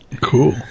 Cool